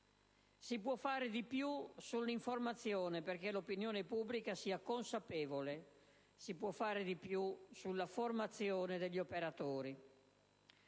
Si può fare di più sull'informazione, perché l'opinione pubblica sia consapevole. Si può fare di più sulla formazione degli operatori.